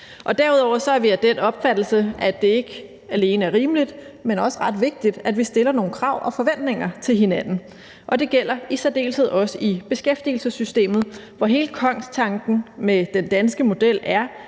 Derudover er vi af den opfattelse, at det ikke alene er rimeligt, men også ret vigtigt, at vi stiller nogle krav og har nogle forventninger til hinanden, og det gælder i særdeleshed også i beskæftigelsessystemet, hvor hele kongstanken med den danske model er,